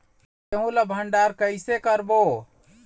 गेहूं ला भंडार कई से करबो?